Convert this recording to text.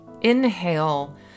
Inhale